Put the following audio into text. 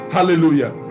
Hallelujah